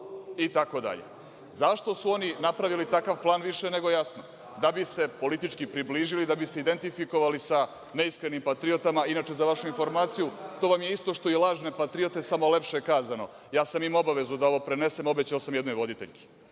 i tako dalje.Zašto su oni napravili takav plan, više je nego jasno, da bi se politički približili, da bi se identifikovali sa neiskrenim patriotama, inače za vašu informaciju, to vam je isto što i lažno patriote, samo lepše kazano. Imao sam obavezu da ovo prenesem, obećao sam jednoj voditeljki.